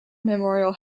memorial